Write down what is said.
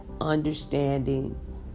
understanding